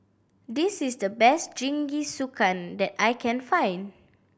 this is the best Jingisukan that I can find